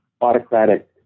autocratic